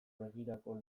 begirako